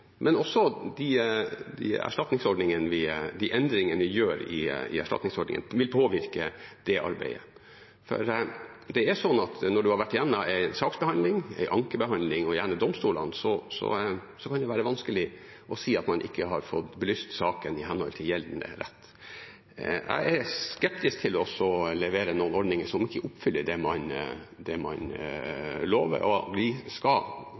Men også de endringene vi gjør i erstatningsordningen, vil påvirke det arbeidet. Når man har vært gjennom en saksbehandling, en ankebehandling og gjerne domstolene, kan det være vanskelig å si at man ikke har fått belyst saken i henhold til gjeldende rett. Jeg er skeptisk til å levere ordninger som ikke oppfyller det man lover. Vi skal ha en gjennomgang av erstatningsordningen i lys av det utvalget som var, og